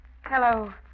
Hello